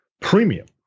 Premium